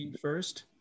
first